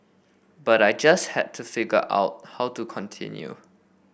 but I just had to figure out how to continue